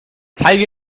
zeige